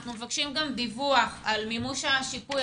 אנחנו מבקשים גם דיווח על מימוש השיפוי,